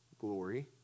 glory